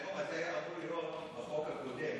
הנאום הזה היה אמור להיות בחוק הקודם,